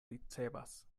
ricevas